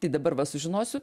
tai dabar va sužinosiu